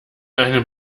einem